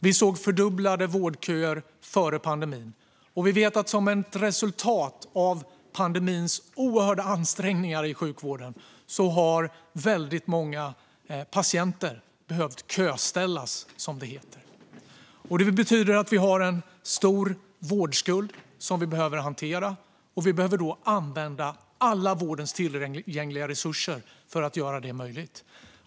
Vi såg fördubblade vårdköer före pandemin, och vi vet att väldigt många patienter som ett resultat av pandemins oerhörda påfrestningar på sjukvården har behövt köställas, som det heter. Det betyder att vi har en stor vårdskuld som vi behöver hantera, och vi behöver använda alla vårdens tillgängliga resurser för att göra detta möjligt.